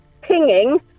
pinging